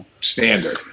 standard